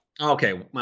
Okay